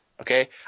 Okay